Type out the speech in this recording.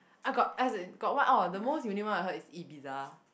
I got as in got one orh the most unique one I heard is Ibiza